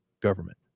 government